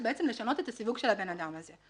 בעצם לשנות את הסיווג של הבן אדם הזה,